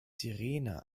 sirene